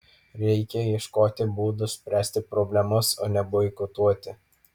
reikia ieškoti būdų spręsti problemas o ne boikotuoti